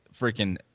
freaking